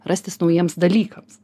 rastis naujiems dalykams